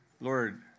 Lord